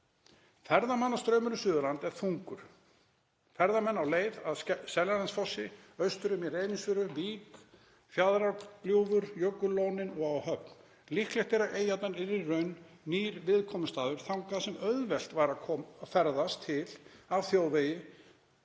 Ferðamannastraumur um Suðurland er þungur. Ferðamenn eru á leið að Seljalandsfossi, austur um í Reynisfjöru, í Vík, Fjaðrárgljúfur, jökullónin og á Höfn. Líklegt er að Vestmannaeyjar yrðu í raun nýr viðkomustaður þangað sem auðvelt væri að ferðast til af þjóðvegi.